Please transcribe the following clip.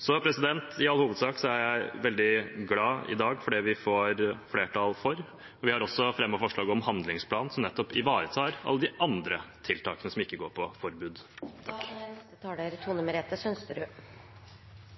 I all hovedsak er jeg veldig glad for det vi får flertall for i dag. Vi har også fremmet forslag om en handlingsplan som nettopp ivaretar alle de andre tiltakene som ikke